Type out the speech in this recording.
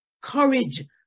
courage